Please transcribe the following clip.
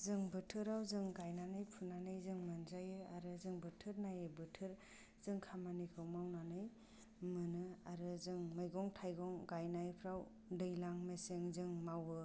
जों बोथोराव जों गायनानै फुनानै जों मोनजायो आरो जों बोथोर नायै बोथोर जों खामानिखौ मावनानै मोनो आरो जों मैगं थाइगं गायनायफोराव दैज्लां मेसें जों मावो